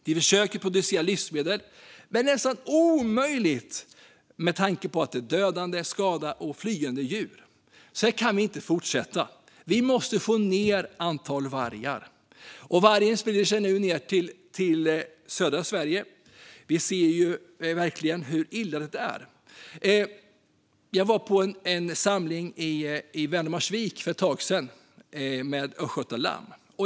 De försöker producera livsmedel, men det är nästan omöjligt. Det är dödade, skadade eller flyende djur. Så här kan det inte fortsätta. Vi måste få ned antalet vargar. Vargarna sprider sig nu ned till södra Sverige. Vi ser verkligen hur illa det är. Jag var på en samling i Valdemarsvik för ett tag sedan med Östgötalamm.